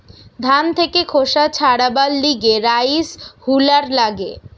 ধান থেকে খোসা ছাড়াবার লিগে রাইস হুলার লাগে